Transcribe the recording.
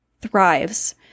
thrives